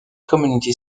community